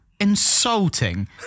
Insulting